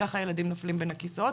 וככה ילדים נופלים בין הכיסאות,